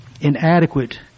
inadequate